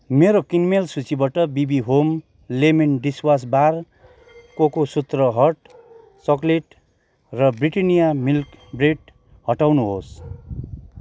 मेरो किनमेल सूचीबाट BB home lemon dishwash bar Cocosutra hot chocolate र ब्रिटानिया मिल्क ब्रेड हटाउनुहोस्